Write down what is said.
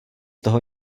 toho